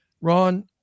Ron